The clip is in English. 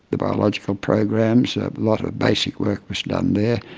the biological programs, a lot of basic work was done there.